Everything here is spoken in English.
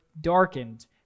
darkened